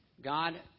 God